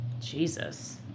Jesus